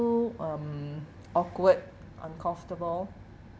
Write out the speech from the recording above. um awkward uncomfortable